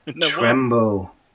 Tremble